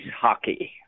hockey